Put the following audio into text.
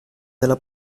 della